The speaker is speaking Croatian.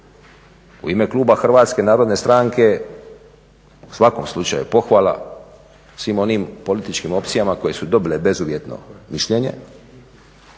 u ime kluba HNS-a u svakom slučaju pohvala svim onim političkim opcijama koje su dobile bezuvjetno mišljenje